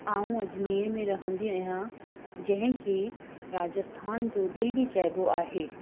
आउं अजमेर में रहंदी आहियां जंहिंखे राजस्थान जो दिलि बि चइबो आहे